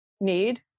need